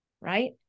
Right